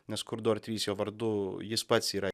nes kur du ar trys jo vardu jis pats yra